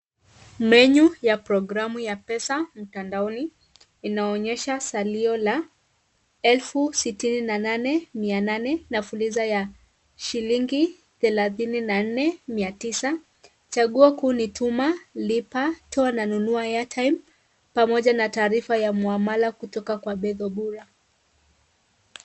Menyu ya programu ya pesa mtandaoni inaonyesha salio la elfu sitini na nane mia nane na fuliza ya shilingi thelathini na nne mia tisa. Chaguo kuu ni tuma, lipa, toa na nunua airtime , pamoja na taarifa ya muamala kutoka kwa Beth Obura.